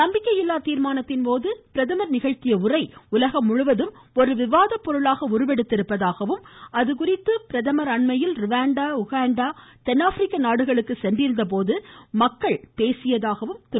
நம்பிக்கையில்லா தீர்மானத்தின்போது பிரதமர் நிகழ்த்திய உரை உலகம் முழுவதும் ஒரு விவாதப்பொருளாக உருவெடுத்துள்ளதாகவும் அதுகுறித்து பிரதமர் அண்மையில் ருவாண்டா உகாண்டா தென்னாப்பிரிக்க நாடுகளுக்கு சென்றபோது மக்கள் அதை பற்றி பேசியதாகவும் திரு